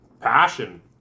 Passion